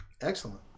Excellent